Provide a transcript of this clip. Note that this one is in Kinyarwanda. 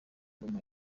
ngoma